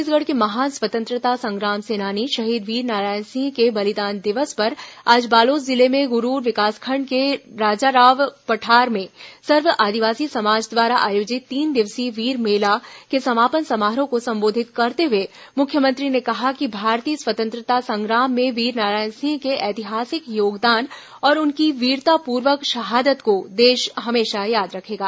छत्तीसगढ़ के महान स्वतंत्रता संग्राम सेनानी शहीद वीरनारायण सिंह के बलिदान दिवस पर आज बालोद जिले में गुरूर विकासखण्ड के राजाराव पठार में सर्व आदिवासी समाज द्वारा आयोजित तीन दिवसीय वीर मेला के समापन समारोह को सम्बोधित करते हुए मुख्यमंत्री ने कहा कि भारतीय स्वतंत्रता संग्राम में वीरनारायण सिंह के ऐतिहासिक योगदान और उनकी वीरतापूर्वक शहादत को देश हमेशा याद रखेगा